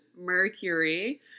Mercury